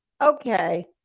okay